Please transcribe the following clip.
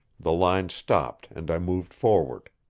the line stopped, and i moved forward.